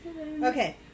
Okay